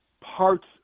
parts